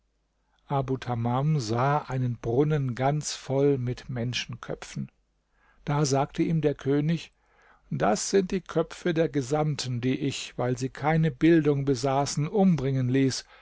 einen brunnen ganz voll mit menschenköpfen da sagte ihm der könig das sind die köpfe der gesandten die ich weil sie keine bildung besaßen umbringen ließ